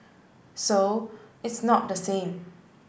so it's not the same